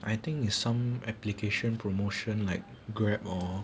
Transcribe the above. I think is some application promotion like grab or